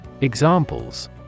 Examples